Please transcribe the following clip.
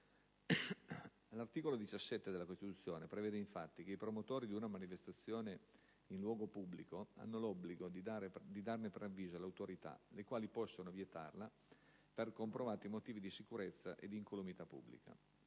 L'articolo 17 della Costituzione prevede, infatti, che i promotori di una manifestazione in luogo pubblico hanno l'obbligo di darne preavviso alle autorità, le quali possono vietarla per comprovati motivi di sicurezza o di incolumità pubblica.